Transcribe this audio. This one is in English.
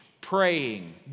praying